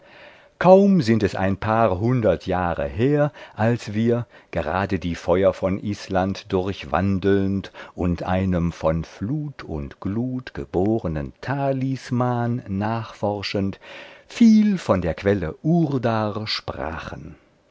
kaum sind es ein paar hundert jahre her als wir gerade die feuer von island durchwandelnd und einem von flut und glut gebornen talisman nachforschend viel von der quelle urdar sprachen